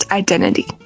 identity